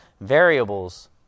variables